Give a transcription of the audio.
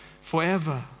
forever